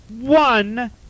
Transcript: one